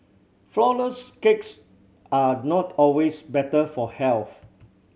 flourless cakes are not always better for health